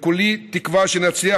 כולי תקווה שנצליח,